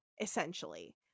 essentially